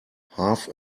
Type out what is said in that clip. half